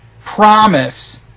promise